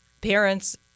parents